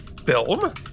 film